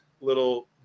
little